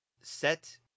Set